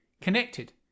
connected